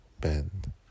bend